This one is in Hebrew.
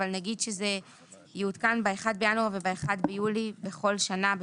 אבל נגיד שזה יעודכן ב-1 בינואר וב-1 ביולי בכל שנה,